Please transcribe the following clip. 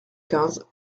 quinze